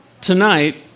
tonight